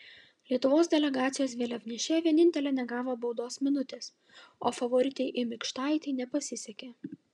lietuvos delegacijos vėliavnešė vienintelė negavo baudos minutės o favoritei i mikštaitei nepasisekė